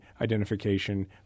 identification